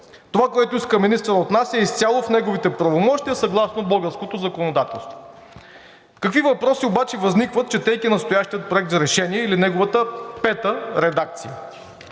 Това, което иска министърът от нас, е изцяло в неговите правомощия съгласно българското законодателство. Какви въпроси обаче възникват, четейки настоящия проект за решение или неговата пета редакция?